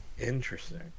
Interesting